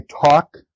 talk